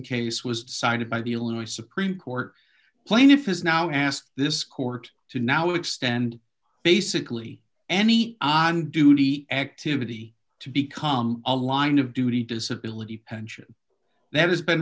case was cited by the illinois supreme court plaintiff has now asked this court to now extend basically any on duty activity to become a line of duty disability pension that has been